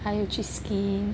还有去 ski-ing